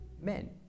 men